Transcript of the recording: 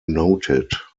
noted